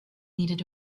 needed